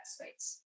space